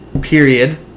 period